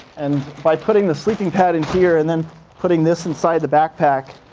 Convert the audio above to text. and by putting the sleeping pad in here and then putting this inside the backpack,